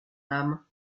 âme